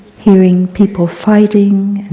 hearing people fighting,